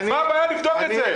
מה הבעיה לבדוק את זה?